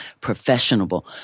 professional